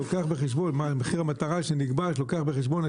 שלוקח בחשבון,